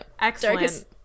Excellent